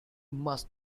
must